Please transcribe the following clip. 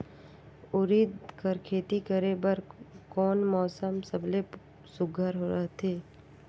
उरीद कर खेती करे बर कोन मौसम सबले सुघ्घर रहथे?